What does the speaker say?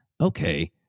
okay